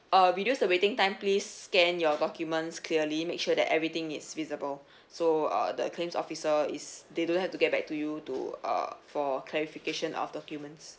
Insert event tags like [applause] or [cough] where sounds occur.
uh reduce the waiting time please scan your documents clearly make sure that everything is visible [breath] so uh the claims officer is they don't have to get back to you to uh for clarification of documents